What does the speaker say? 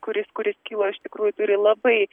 kuris kuris kilo iš tikrųjų turi labai